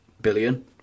billion